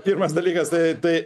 pirmas dalykas tai